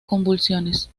convulsiones